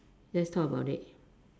let's talk about it